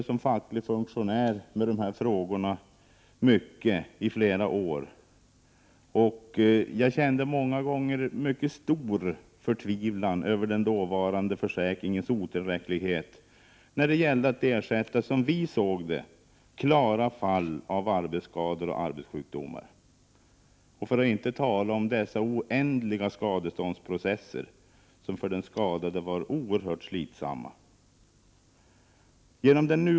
Som facklig funktionär arbetade jag i flera år mycket med de här frågorna, och jag kände många gånger mycket stor förtvivlan över den dåvarande försäkringens otillräcklighet när det gällde att ersätta, som vi såg det, klara fall av arbetsskador och arbetssjukdomar, för att inte tala om dessa oändliga synsatt.